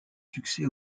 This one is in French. succès